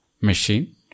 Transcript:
machine